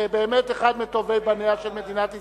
ובאמת אחד מטובי בניה של מדינת ישראל,